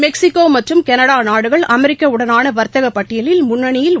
மெக்ஸிகோமற்றும் கனடாநாடுகள் அமெரிக்காவுடனானவர்த்தகபட்டியிலில் முன்னணியில் உள்ளன